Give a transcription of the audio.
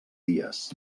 dies